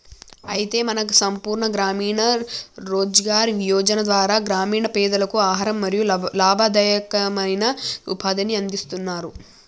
అయితే మన సంపూర్ణ గ్రామీణ రోజ్గార్ యోజన ధార గ్రామీణ పెదలకు ఆహారం మరియు లాభదాయకమైన ఉపాధిని అందిస్తారు